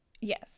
Yes